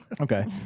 Okay